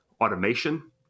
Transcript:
automation